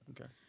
Okay